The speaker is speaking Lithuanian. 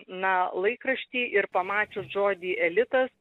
na laikraštį ir pamačius žodį elitas